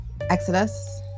Exodus